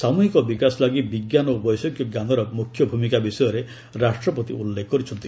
ସାମୃହିକ ବିକାଶ ଲାଗି ବିଜ୍ଞାନ ଓ ବୈଷୟିକ ଜ୍ଞାନର ମୁଖ୍ୟଭୂମିକା ବିଷୟରେ ରାଷ୍ଟ୍ରପତି ଉଲ୍ଲେଖ କରିଛନ୍ତି